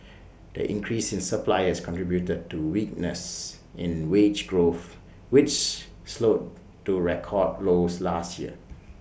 the increase in suppliers contributed to weakness in wage growth which slowed to record lows last year